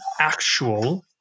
actual